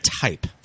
type